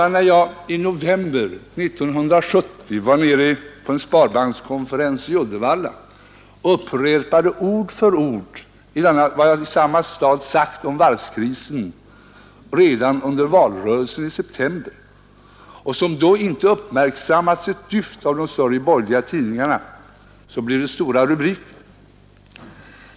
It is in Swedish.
När jag i november 1970 på en sparbankskonferens i Uddevalla upprepade ord för ord vad jag i samma stad sagt om varvskrisen redan under valrörelsen i september, vilket då inte uppmärksammats ett dyft av de större borgerliga tidningarna, blev det stora rubriker.